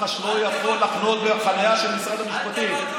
מח"ש לא יכול לחנות בחניה של משרד המשפטים.